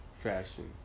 fashion